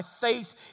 faith